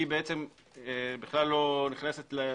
היא בכלל לא נכנסת למשחק.